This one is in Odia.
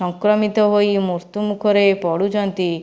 ସଂକ୍ରମିତ ହୋଇ ମୃତ୍ୟୁ ମୂଖରେ ପଡୁଛନ୍ତି